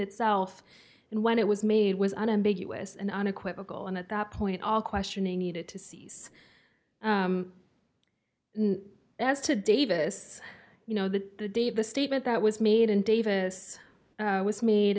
itself and when it was made was unambiguous and unequivocal and at that point all questioning needed to seize as to davis you know that the date the statement that was made and davis was made